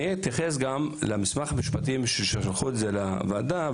אני אתייחס גם למסמך המשפטי ששלחו לוועדה.